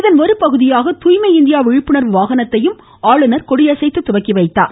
இதன் ஒருபகுதியாக தூய்மை இந்தியா விழிப்புணர்வு வாகனத்தையும் ஆளுநர் கொடியசைத்து துவக்கி வைத்தார்